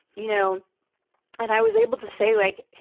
you know and i was able to say like,